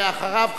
ואחריו,